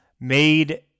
made